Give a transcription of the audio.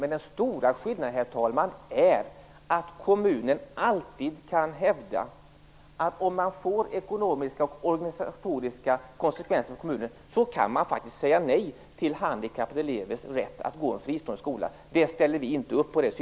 Men den stora skillnaden, herr talman, är att kommunen alltid kan hävda att man får ekonomiska och organisatoriska konsekvenser och då faktiskt säga nej till handikappade elevers rätt att få en fristående skola. Det synsättet ställer vi inte upp på.